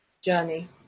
journey